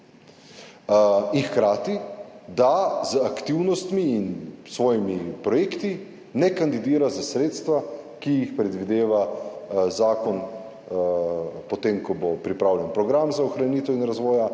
in hkrati, da z aktivnostmi in s svojimi projekti ne kandidira za sredstva, ki jih predvideva zakon, potem ko bo pripravljen program za ohranitev in razvoja